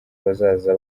bazaza